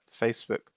Facebook